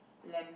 lamp